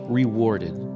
rewarded